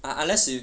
ah unless you